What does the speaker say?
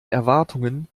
erwartungen